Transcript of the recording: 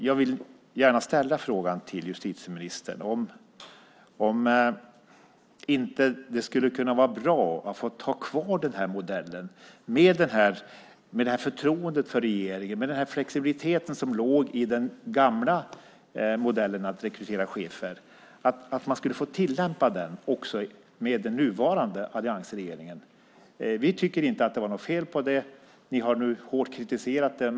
Jag vill gärna ställa frågan till justitieministern om det inte skulle kunna vara bra om också den nuvarande alliansregeringen tillämpade den gamla modellen att rekrytera chefer, med det förtroende för regeringen och med den flexibilitet som den modellen innebar. Vi tycker inte att det var något fel på den. Ni har nu hårt kritiserat den.